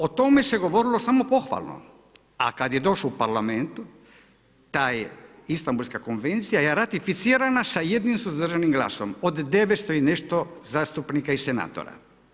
O tome se govorilo samo pohvalno, a kada je došao u Parlament ta Istambulska konvencija je ratificirana sa jednim suzdržanim glasom od 900 i nešto zastupnika i senatora.